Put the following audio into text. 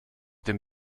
dem